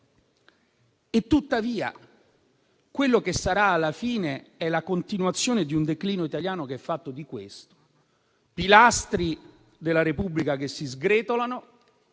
tuttavia alla fine ci sarà la continuazione di un declino italiano che è fatto di questo: pilastri della Repubblica che si sgretolano